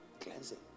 Cleansing